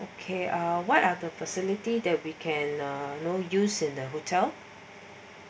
okay uh what other facility that we can uh use in the hotel